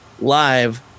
live